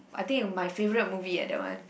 I think my favourite movie eh that one